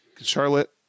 Charlotte